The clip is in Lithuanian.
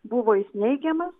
buvo neigiamas